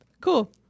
Cool